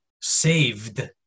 saved